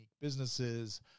businesses